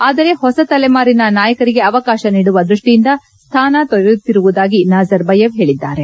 ಆದರೆ ಹೊಸ ತಲೆಮಾರಿನ ನಾಯಕರಿಗೆ ಅವಕಾಶ ನೀಡುವ ದೃಷ್ಟಿಯಿಂದ ಸ್ಟಾನ ತೊರೆಯುತ್ತಿರುವುದಾಗಿ ನಾಝರ್ ಬಯೇವ್ ಹೇಳಿದ್ದಾರೆ